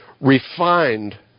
refined